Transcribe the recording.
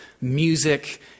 music